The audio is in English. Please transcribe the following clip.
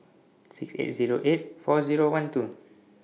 six eight Zero eight four Zero one two